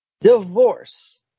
Divorce